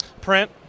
print